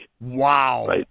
Wow